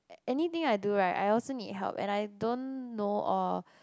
anything I do right I also need help and I don't know or